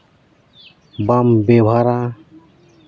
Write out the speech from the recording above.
ᱵᱟᱢ ᱵᱮᱣᱵᱷᱟᱨᱟ